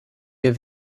wir